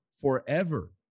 forever